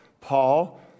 Paul